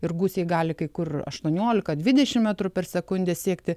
ir gūsiai gali kai kur aštuoliolika dvidešim metrų per sekundę siekti